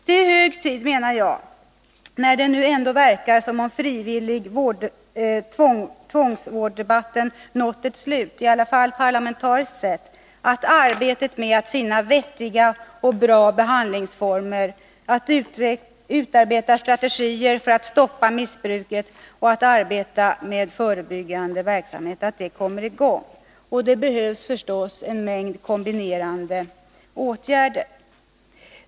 Det är hög tid — när det nu ändå verkar som om frivillig-tvångsvårdsdebatten har nått ett slut, i varje fall parlamentariskt sett — att arbetet med att finna vettiga och bra behandlingsformer, att utarbeta strategier för att stoppa missbruket och få till stånd förebyggande verksamhet kommer i gång. Det behövs en mängd kombinerade åtgärder.